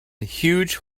huge